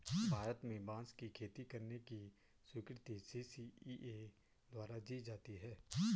भारत में बांस की खेती करने की स्वीकृति सी.सी.इ.ए द्वारा दी जाती है